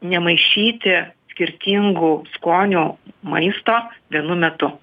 nemaišyti skirtingų skonių maisto vienu metu